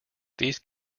these